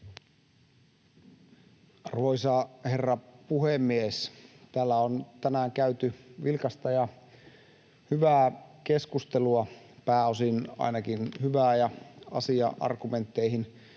Arvoisa herra puhemies! Täällä on tänään käyty vilkasta ja hyvää keskustelua — ainakin pääosin hyvää ja asia-argumentteihin